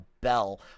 bell